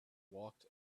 walked